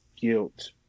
Guilt